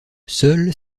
seules